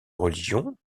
religion